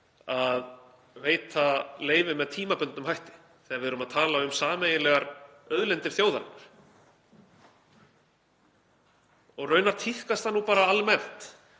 að veita leyfi með tímabundnum hætti þegar við erum að tala um sameiginlegar auðlindir þjóðarinnar. Raunar tíðkast það bara almennt